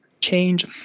change